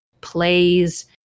plays